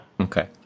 Okay